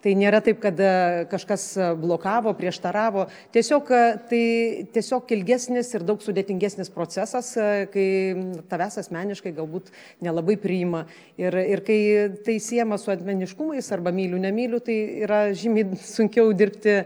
tai nėra taip kada kažkas blokavo prieštaravo tiesiog tai tiesiog ilgesnis ir daug sudėtingesnis procesas kai tavęs asmeniškai galbūt nelabai priima ir ir kai tai siejama su asmeniškumais arba myliu nemyliu tai yra žymiai sunkiau dirbti